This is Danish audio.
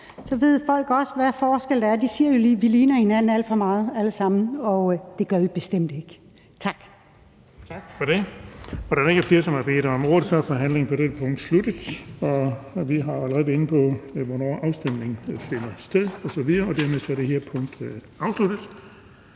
Så ved folk også, hvad forskel der er. De siger jo, at vi ligner hinanden alt for meget alle sammen, og det gør vi bestemt ikke. Tak. Kl. 18:31 Den fg. formand (Erling Bonnesen): Tak for det. Da der ikke er flere, som har bedt om ordet, så er forhandlingen på dette punkt sluttet. Vi har allerede været inde på, hvornår afstemningen finder sted, og dermed er det her punkt afsluttet.